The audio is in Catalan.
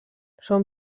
són